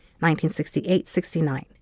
1968-69